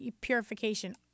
purification